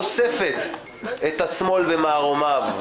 חושפת את השמאל במערומיו.